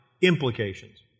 implications